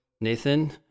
Nathan